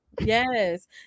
Yes